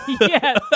Yes